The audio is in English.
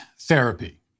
therapy